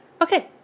Okay